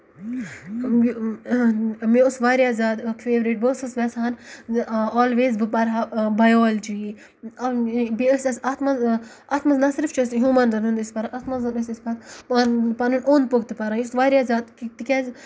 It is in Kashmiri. مےٚ اوس واریاہ زیادٕ فیورِٹ بہٕ ٲسٕس گژھان اولویز بہٕ پَرٕ ہا بَیولجی بیٚیہِ ٲسۍ اَسہِ اَتھ منٛز اَتھ منٛز نہ صرف چھُ اَسہِ ہیوٗمَنزن أسۍ پَران اَتھ منٛز ٲسۍ أسۍ پَتہٕ پن پَنُن اوٚند پوٚک تہِ پَران یُس واریاہ زیادٕ تِکیازِ